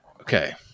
Okay